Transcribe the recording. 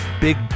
big